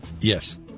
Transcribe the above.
Yes